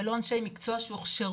אבל לא אנשי מקצוע שהוכשרו.